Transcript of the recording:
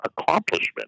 accomplishment